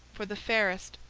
for the fairest.